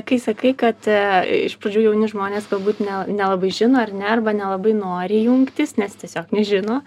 kai sakai kad iš pradžių jauni žmonės galbūt ne nelabai žino ar ne arba nelabai nori jungtis nes tiesiog nežino